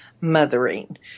mothering